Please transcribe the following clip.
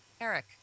Eric